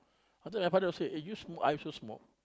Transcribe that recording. after that my father say eh you smoke I also smoke